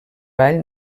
ball